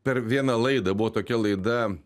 per vieną laidą buvo tokia laida